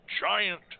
giant